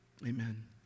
amen